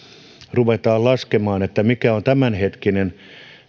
ruvetaan laskemaan mikä on tämänhetkinen